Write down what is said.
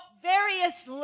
various